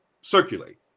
circulate